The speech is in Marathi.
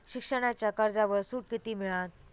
शिक्षणाच्या कर्जावर सूट किती मिळात?